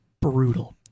brutal